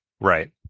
right